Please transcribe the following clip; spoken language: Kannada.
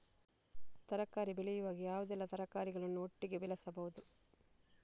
ತರಕಾರಿ ಬೆಳೆಯುವಾಗ ಯಾವುದೆಲ್ಲ ತರಕಾರಿಗಳನ್ನು ಒಟ್ಟಿಗೆ ಬೆಳೆಸಬಹುದು?